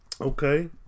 okay